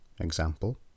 Example